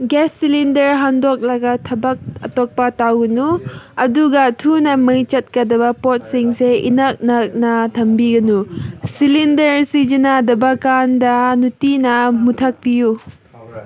gas cylinder ꯍꯥꯡꯗꯣꯛꯂꯒ ꯊꯕꯛ ꯑꯇꯣꯞꯄ ꯇꯧꯅꯨ ꯑꯗꯨꯒ ꯊꯨꯅ ꯃꯩ ꯆꯠꯀꯗꯕ ꯄꯣꯠꯁꯤꯡꯁꯦ ꯏꯅꯛ ꯅꯛꯅ ꯊꯝꯕꯤꯒꯅꯨ ꯁꯤꯂꯤꯟꯗꯔ ꯁꯤꯖꯤꯟꯅꯗꯕ ꯀꯥꯟꯗ ꯅꯤꯡꯊꯤꯅ ꯃꯨꯊꯠꯄꯤꯌꯨ